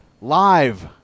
live